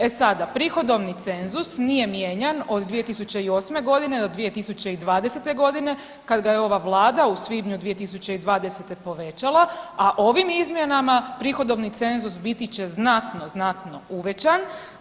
E sada, prihodovni cenzus nije mijenjan od 2008. godine do 2020. godine, kad ga je ova Vlada u svibnju 2020. povećala, a ovim izmjenama prihodovni cenzus biti će znatno, znatno uvećan.